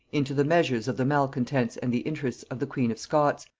into the measures of the malcontents and the interests of the queen of scots,